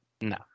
No